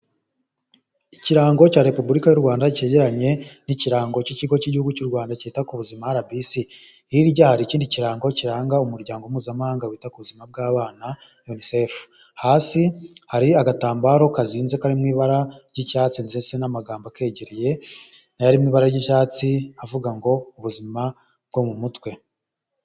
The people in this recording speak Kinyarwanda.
Ikirango cya repubulika y'u Rwanda kegeranye n'ikirango cy'ikigo k'igihugu cy'u Rwanda kita ku buzima arabisi, hirya hari ikindi kirango kiranga umuryango mpuzamahanga wita ku buzima bw'abana yunisefu, hasi hari agatambaro kazinze kari mu ibara ry'icyatsi ndetse n'amagambo akegereye nayo ari mu ibara ry'icyatsi avuga ngo ubuzima bwo mu mutwe.